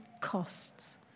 costs